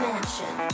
Mansion